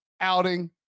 outing